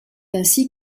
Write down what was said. ainsi